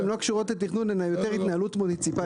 הן לא קשורות לתכנון אלא יותר התנהלות מוניציפלית.